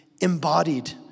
embodied